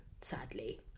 sadly